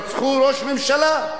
רצחו ראש ממשלה.